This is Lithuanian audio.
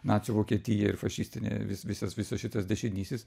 nacių vokietija ir fašistinė vis visas visas šitas dešinysis